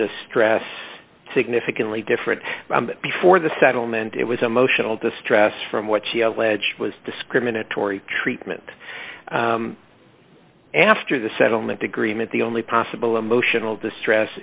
distress significantly different before the settlement it was emotional distress from what she alleged was discriminatory treatment after the settlement agreement the only possible emotional distress